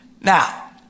Now